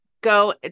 go